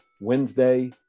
Wednesday